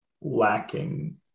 lacking